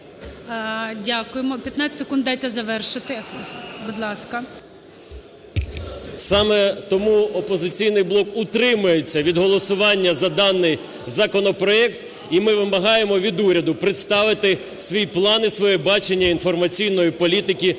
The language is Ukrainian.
ласка. 16:43:21 ПАВЛЕНКО Ю.О. Саме тому "Опозиційний блок" утримується від голосування за даний законопроект. І ми вимагаємо від уряду представити свій план і своє бачення інформаційної політики